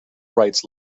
rights